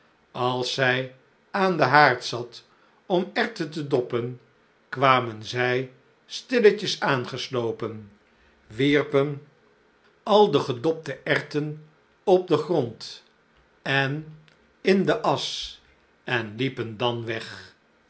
als zij aan den haard zat om erwten te doppen kwamen zij stilletjes aangeslopen wierpen al de gedopte erwten op den grond en in j j a goeverneur oude sprookjes de asch en liepen dan weg